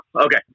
Okay